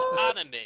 anime